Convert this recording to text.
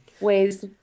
ways